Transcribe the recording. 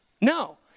No